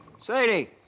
Sadie